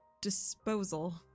disposal